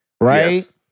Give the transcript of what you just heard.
right